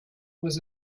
was